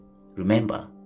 Remember